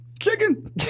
Chicken